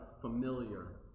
familiar